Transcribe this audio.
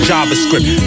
JavaScript